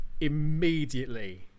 immediately